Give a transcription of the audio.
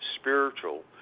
spiritual